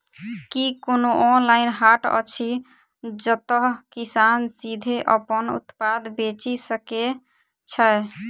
की कोनो ऑनलाइन हाट अछि जतह किसान सीधे अप्पन उत्पाद बेचि सके छै?